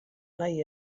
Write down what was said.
nahi